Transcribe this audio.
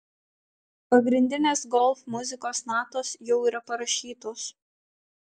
pagrindinės golf muzikos natos jau yra parašytos